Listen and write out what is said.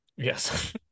Yes